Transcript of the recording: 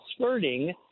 skirting